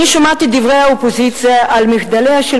אני שומעת את דברי האופוזיציה על מחדליה של